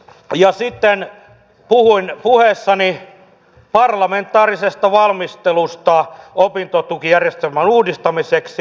ja sitten puhuin puheessani parlamentaarisesta valmistelusta opintotukijärjestelmän uudistamiseksi